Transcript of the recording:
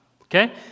Okay